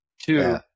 two